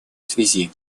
связи